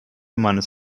meines